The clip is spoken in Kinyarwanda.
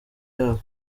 yabo